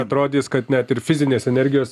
atrodys kad net ir fizinės energijos